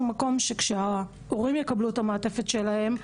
מקום שכשההורים מקבלים את המעטפת שלהם,